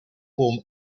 form